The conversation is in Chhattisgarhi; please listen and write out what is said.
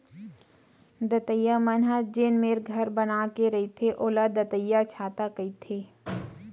दतइया मन ह जेन मेर घर बना के रहिथे ओला दतइयाछाता कहिथे